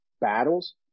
battles